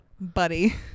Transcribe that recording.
buddy